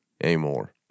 anymore